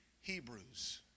Hebrews